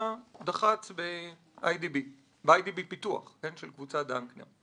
דח"צ באיי די בי פיתוח של קבוצת דנקנר.